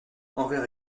envers